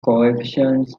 coefficients